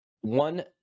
one